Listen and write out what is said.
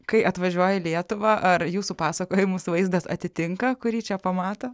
kai atvažiuoja į lietuvą ar jūsų pasakojimus vaizdas atitinka kurį čia pamato